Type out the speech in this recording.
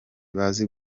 bazi